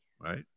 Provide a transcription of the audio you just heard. right